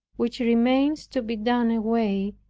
which remains to be done away,